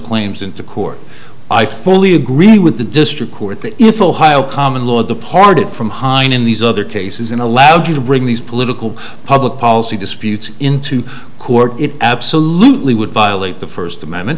claims into court i fully agree with the district court that if ohio common law departed from hein in these other cases and allowed you to bring these political public policy disputes into court it absolutely would violate the first amendment